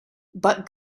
but